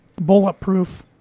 bulletproof